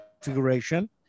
configuration